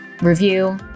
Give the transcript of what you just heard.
review